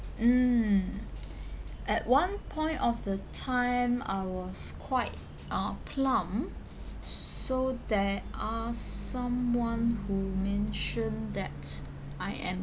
mm at one point of the time I was quite uh plump s~ so there are someone who mentioned that I am